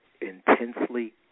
intensely